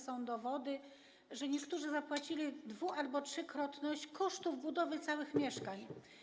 Są dowody, że niektórzy zapłacili dwu- albo trzykrotność kosztów budowy całych mieszkań.